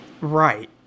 Right